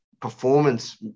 performance